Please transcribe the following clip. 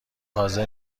تازه